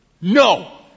no